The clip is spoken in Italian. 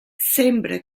sembra